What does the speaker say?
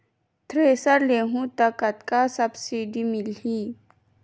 Thresher लेहूं त कतका सब्सिडी मिलही?